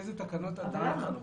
איזה תקנות עליהם הן חלות.